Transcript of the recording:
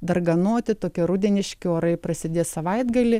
darganoti tokie rudeniški orai prasidės savaitgalį